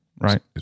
right